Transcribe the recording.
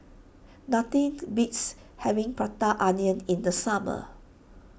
nothing beats having Prata Onion in the summer